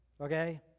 okay